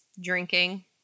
drinking